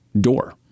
door